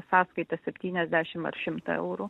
sąskaitą septyniasdešim ar šimtą eurų